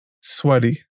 sweaty